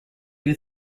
you